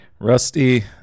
Rusty